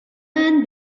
man